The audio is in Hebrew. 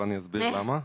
אבל אני אסביר למה.